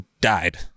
died